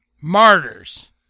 Martyrs